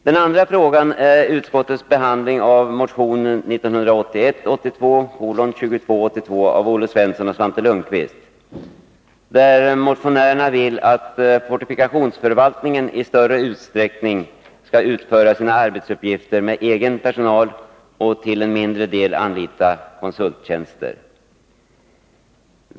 Den andra frågan är utskottets behandling av motion 1981/82:2282 av Olle Svensson och Svante Lundkvist, där motionärerna vill att fortifikationsförvaltningen i större utsträckning skall utföra sina arbetsuppgifter med egen personal och till en mindre del anlita konsulttjänster.